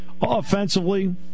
Offensively